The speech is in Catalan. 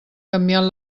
canviant